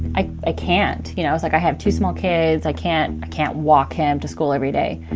i i can't. you know, i was like, i have two small kids. i can't i can't walk him to school every day